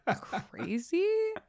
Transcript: crazy